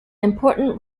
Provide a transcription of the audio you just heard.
important